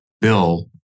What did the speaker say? bill